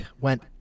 went